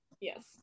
Yes